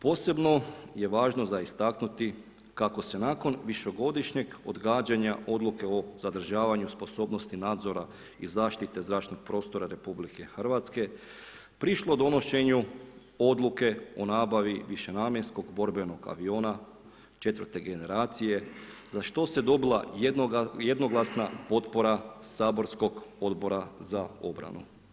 Posebno je važno za istaknuti kako se nakon višegodišnjeg odgađanja odluke o zadržavanju sposobnosti nadzora i zaštite zračnog prostora RH prišlo donošenju odluke o nabavi višenamjenskog borbenog aviona 4.-te generacije za što se dobila jednoglasna potpora saborskog Odbora za obranu.